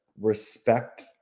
respect